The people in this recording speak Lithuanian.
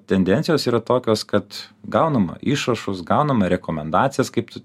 tendencijos yra tokios kad gaunama išrašus gauname rekomendacijas kaip tu